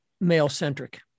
male-centric